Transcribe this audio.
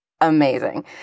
amazing